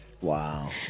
wow